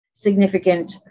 Significant